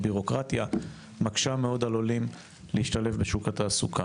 הבירוקרטיה מקשה מאוד על עולים להשתלב בשוק התעסוקה.